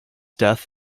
death